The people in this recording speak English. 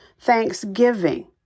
thanksgiving